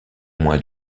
moins